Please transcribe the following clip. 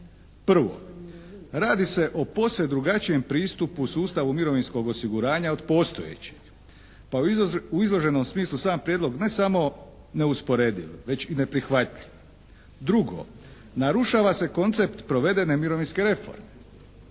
Prvo, radi se o posve drugačije pristupu sustavu mirovinskog osiguranja od postojećih pa u izloženom smislu sam prijedlog ne samo neusporediv već i neprihvatljiv. Drugo, narušava se koncept provedene mirovinske reforme.